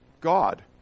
God